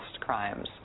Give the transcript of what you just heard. crimes